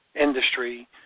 industry